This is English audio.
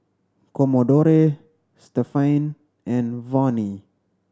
Commodore Stephaine and Vonnie